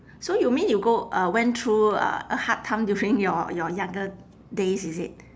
so you mean you go uh went through a a hard time during your your younger days is it